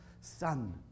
son